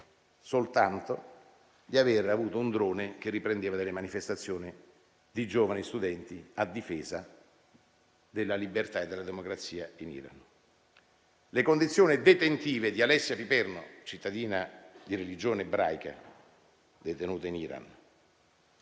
soltanto di aver avuto un drone che riprendeva delle manifestazioni di giovani studenti a difesa della libertà e della democrazia in Iran. Le condizioni detentive di Alessia Piperno, cittadina di religione ebraica detenuta in Iran